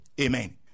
Amen